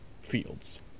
fields